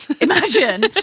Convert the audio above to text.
imagine